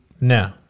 No